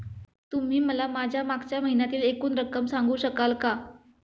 तुम्ही मला माझ्या मागच्या महिन्यातील एकूण रक्कम सांगू शकाल का?